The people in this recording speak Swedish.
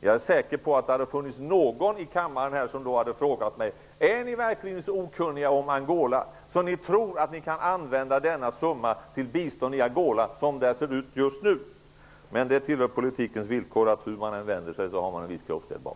Jag är säker på att det då skulle finnas någon i kammaren som skulle fråga mig, om vi verkligen är så okunniga om Angola så att vi tror att vi kan använda denna summa till bistånd som där ser ut just nu. Men det tillhör politikens villkor att hur man än vänder sig har man en viss kroppsdel bakåt.